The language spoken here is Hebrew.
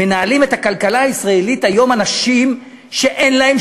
מנהלים את הכלכלה הישראלית היום אנשים שאין להם